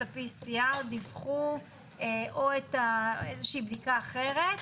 את ה-PCR או איזה שהיא בדיקה אחרת,